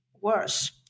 worse